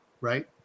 right